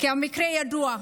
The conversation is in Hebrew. המקרה ידוע.